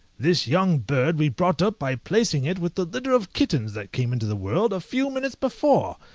this young bird we brought up by placing it with a litter of kittens that came into the world a few minutes before!